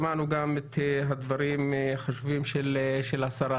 שמענו גם את הדברים החשובים של השרה.